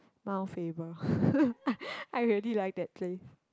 Mount-Faber I really like that place